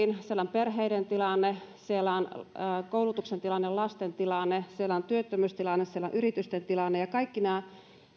perheiden tilanne siellä on koulutuksen tilanne lasten tilanne siellä on työttömyystilanne siellä on yritysten tilanne ja kaikki nämä